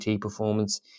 performance